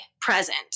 present